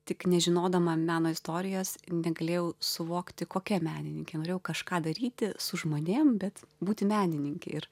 tik nežinodama meno istorijos negalėjau suvokti kokia menininkė norėjau kažką daryti su žmonėm bet būti menininkė ir